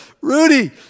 Rudy